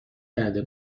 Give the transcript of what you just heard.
کرده